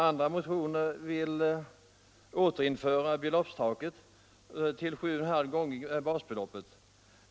Andra motionärer vill återinföra avgiftstaket vid 7,5 gånger basbeloppet.